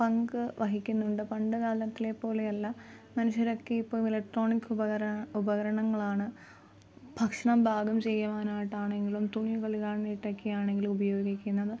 പങ്ക് വഹിക്കുന്നുണ്ട് പണ്ട് കാലത്തിലെ പോലെയല്ല മനുഷ്യരൊക്കെ ഇപ്പം ഇലക്ട്രോണിക് ഉപകരണങ്ങളാണ് ഭക്ഷണം പാകം ചെയ്യുവാനായിട്ടാണെങ്കിലും തുണി കഴുകാനായിട്ട് ഒക്കെ ആണെങ്കിലും ഉപയോഗിക്കുന്നത്